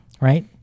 Right